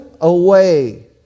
away